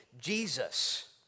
Jesus